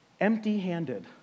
empty-handed